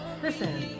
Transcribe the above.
Listen